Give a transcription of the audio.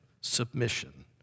submission